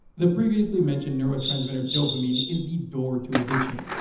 the previously mentioned neurotransmitter dopamine is the door to addiction.